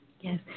Yes